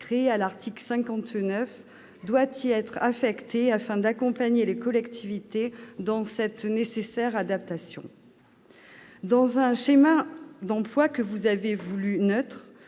de finances, doit y être affectée, afin d'accompagner les collectivités territoriales dans cette nécessaire adaptation. Dans un schéma d'emplois que vous avez voulu neutre,